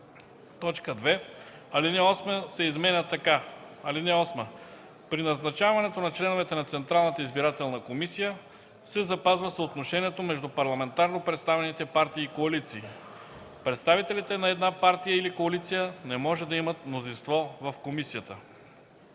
2. Алинея 8 се изменя така: „(8) При назначаването на членовете на Централната избирателна комисия се запазва съотношението между парламентарно представените партии и коалиции. Представителите на една партия или коалиция не може да имат мнозинство в комисията.“